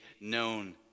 known